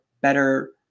better